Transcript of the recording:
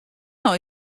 nei